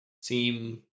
seem